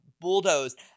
bulldozed